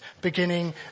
beginning